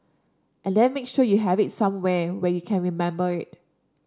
and then make sure you have it somewhere where you can remember it